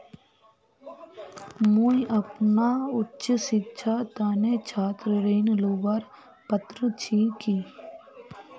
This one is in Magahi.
मुई अपना उच्च शिक्षार तने छात्र ऋण लुबार पत्र छि कि?